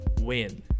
win